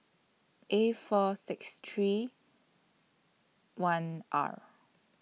A four six three one R